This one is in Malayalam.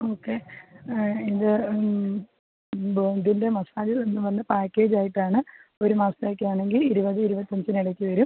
ഓക്കെ ഇത് ബോഡീൻ്റെ മസാജ് ഒന്ന് വന്ന് പാക്കേജായിട്ടാണ് ഒരു മാസത്തേക്കാണെങ്കിൽ ഇരുപത് ഇരുപത്തഞ്ചിനിടക്ക് വരും